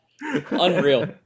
Unreal